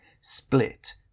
split